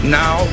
now